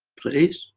please?